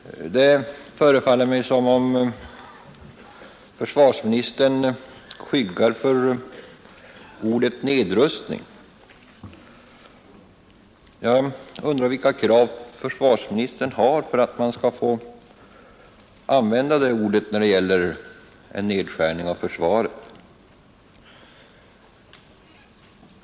Herr talman! Det förefaller mig som om försvarsministern skyggar för ordet nedrustning. Jag undrar vilka krav försvarsministern har för att man skall få använda det ordet när det gäller en nedskärning av försvaret.